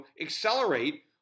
accelerate